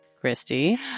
Christy